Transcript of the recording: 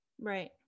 Right